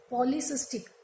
Polycystic